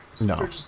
No